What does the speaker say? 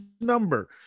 number